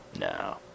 No